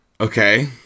okay